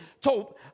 told